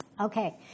Okay